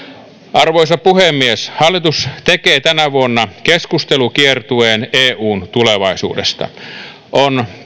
arvoisa puhemies hallitus tekee tänä vuonna keskustelukiertueen eun tulevaisuudesta on